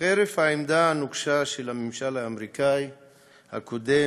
חרף העמדה הנוקשה של הממשל האמריקני הקודם,